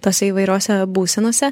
tose įvairiose būsenose